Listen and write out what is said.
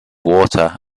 water